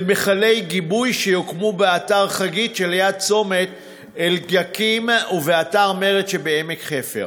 למכלי גיבוי שיוקמו באתר חגית שליד צומת אליקים ובאתר מרץ שבעמק חפר.